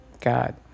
God